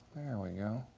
we go.